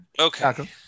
Okay